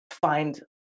find